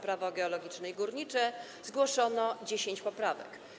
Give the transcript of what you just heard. Prawo geologiczne i górnicze zgłoszono 10 poprawek.